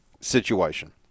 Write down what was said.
situation